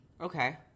Okay